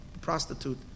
prostitute